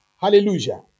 Hallelujah